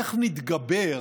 איך נתגבר